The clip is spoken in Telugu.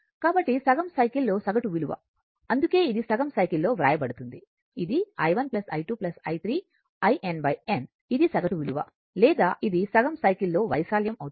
కాబట్టి సగం సైకిల్లో సగటు విలువ అందుకే ఇది సగం సైకిల్లో వ్రాయబడుతుంది ఇది i1 I2 i3i n n ఇది సగటు విలువ లేదా ఇది సగం సైకిల్ లో వైశాల్యం అవుతుంది